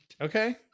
Okay